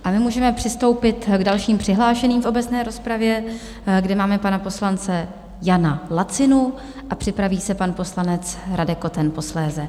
A my můžeme přistoupit k dalším přihlášeným v obecné rozpravě, kde máme pana poslance Jana Lacinu, a připraví se pan poslanec Radek Koten posléze.